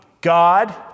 God